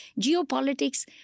Geopolitics